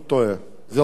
זה לא כל כך פשוט.